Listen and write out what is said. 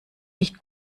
nicht